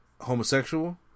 Homosexual